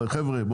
חבר'ה,